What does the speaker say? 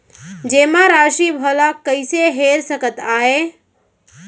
जेमा राशि भला कइसे हेर सकते आय?